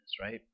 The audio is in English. right